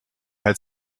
had